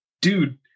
dude